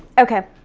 okay,